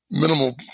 minimal